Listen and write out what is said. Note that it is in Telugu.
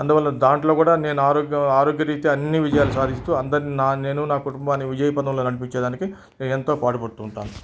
అందువల్ల దాంట్లో కూడా నేను ఆరోగ్యం ఆరోగ్య రీత్యా అన్నీ విజయాలు సాధిస్తూ అందరిని నా నేను నా కుటుంబాన్ని విజయపథంలో నడిపించేదానికి నేను ఎంతో పాటు పడుతూ ఉంటాను